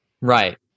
Right